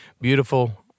beautiful